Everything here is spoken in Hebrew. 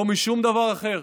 לא משום דבר אחר.